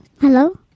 Hello